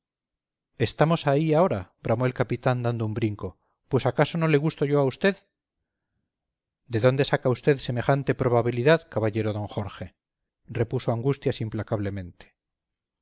estamos ahí ahora bramó el capitán dando un brinco pues acaso no le gusto yo a usted de dónde saca usted semejante probabilidad caballero don jorge repuso angustias implacablemente